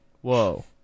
Whoa